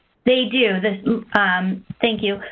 they do. thank you.